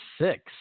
six